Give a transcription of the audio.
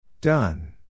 Done